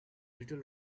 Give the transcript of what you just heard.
little